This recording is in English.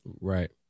right